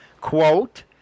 Quote